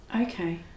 okay